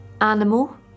animal